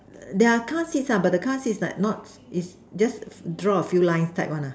their cars is are but the cars is like notes is just draw a few lines type one lah